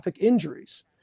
injuries